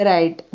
Right